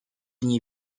nie